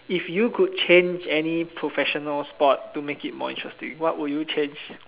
if you could change any professional sport to make it more interesting what would you change